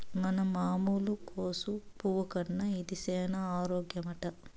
మన మామూలు కోసు పువ్వు కన్నా ఇది సేన ఆరోగ్యమట